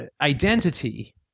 identity